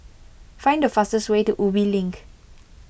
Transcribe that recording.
find the fastest way to Ubi Link